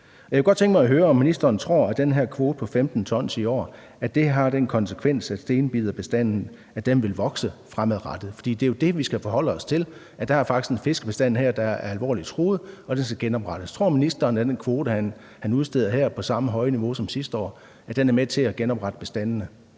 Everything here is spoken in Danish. Jeg kunne godt tænke mig at høre, om ministeren tror, at den her kvote på 15 t i år har den konsekvens, at stenbiderbestanden vil vokse fremadrettet. For det er jo det, vi skal forholde os til: Der er faktisk en fiskebestand her, der er alvorligt truet, og den skal genoprettes. Tror ministeren, at den kvote, han udsteder her, på samme høje niveau som sidste år er med til at genoprette bestandene?